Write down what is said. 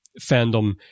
fandom